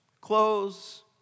Clothes